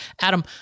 Adam